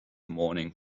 morning